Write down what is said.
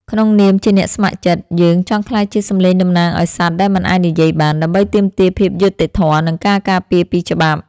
ក្នុងនាមជាអ្នកស្ម័គ្រចិត្ត យើងចង់ក្លាយជាសំឡេងតំណាងឱ្យសត្វដែលមិនអាចនិយាយបាន ដើម្បីទាមទារភាពយុត្តិធម៌ និងការការពារពីច្បាប់។